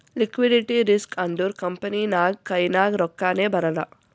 liquidity risk ಅಂದುರ್ company ನಾಗ್ ಕೈನಾಗ್ ರೊಕ್ಕಾನೇ ಬರಲ್ಲ